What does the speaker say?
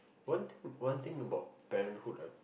one one thing about parenthood ah